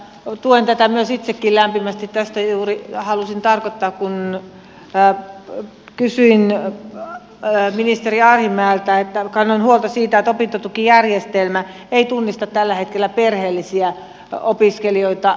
tuen tätä itsekin lämpimästi tätä juuri tarkoitin kun kysyin ministeri arhinmäeltä ja kannoin huolta siitä että opintotukijärjestelmä ei tunnista tällä hetkellä perheellisiä opiskelijoita